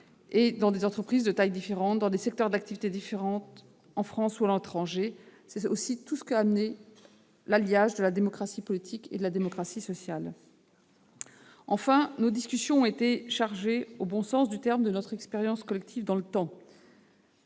dans des entreprises de tailles différentes et dans des secteurs d'activité divers, en France ou à l'étranger. C'est tout l'apport de l'alliage de la démocratie politique et de la démocratie sociale. Enfin, nos discussions étaient chargées, au bon sens du terme, de notre expérience collective dans le temps.